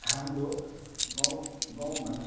हाम्रो गाउँ गाउँमा